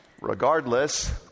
Regardless